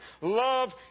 Love